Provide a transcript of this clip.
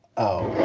oh